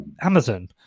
amazon